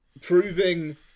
proving